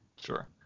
Sure